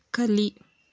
ಕಲಿ